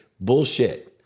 bullshit